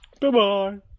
Bye-bye